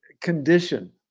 condition